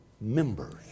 members